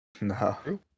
No